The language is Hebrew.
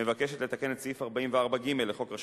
מבקשת לתקן את סעיף 44ג לחוק רשות